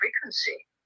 frequency